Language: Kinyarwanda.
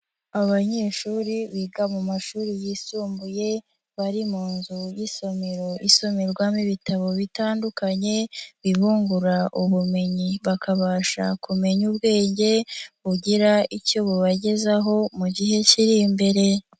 Abanyeshuri biga mu mashuri yisumbuye, bari mu nzu y'isomero isomerwamo ibitabo bitandukanye, bibungura ubumenyi bakabasha kumenya ubwenge, bugira icyo bubagezaho mu gihe kiri imbere.